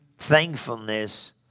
thankfulness